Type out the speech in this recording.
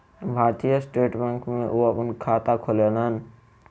भारतीय state bank में ओ अपन खाता खोलौलेन